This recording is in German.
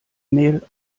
mail